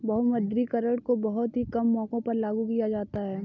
विमुद्रीकरण को बहुत ही कम मौकों पर लागू किया जाता है